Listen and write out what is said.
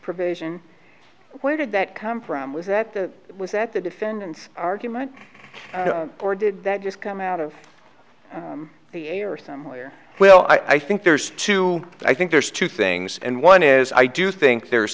provision where did that come from was that it was at the defendant's argument or did that just come out of your somewhere well i think there's two i think there's two things and one is i do think there's